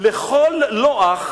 / לכל לא-אח